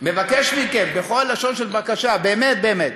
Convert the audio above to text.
אני מבקש מכם בכל לשון של בקשה, באמת באמת,